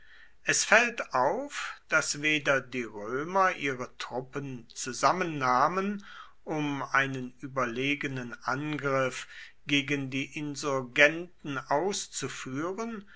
es fällt auf daß weder die römer ihre truppen zusammennahmen um einen überlegenen angriff gegen die insurgenten auszuführen